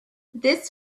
this